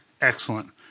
Excellent